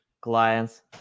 clients